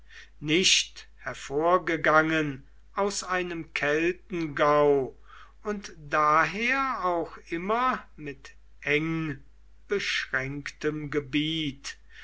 nicht hervorgegangen aus einem keltengau und daher auch immer mit eng beschränktem gebiet